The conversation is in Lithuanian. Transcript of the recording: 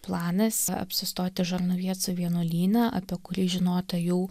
planas apsistoti žarnovieco vienuolyne apie kurį žinota jau